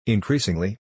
Increasingly